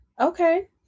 Okay